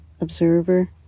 observer